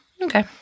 Okay